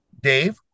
Dave